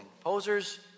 posers